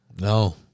No